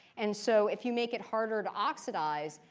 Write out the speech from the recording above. and so if you make it harder to oxidize,